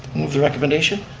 move the recommendation.